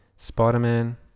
Spider-Man